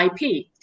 IP